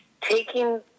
Taking